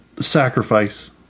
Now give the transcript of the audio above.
sacrifice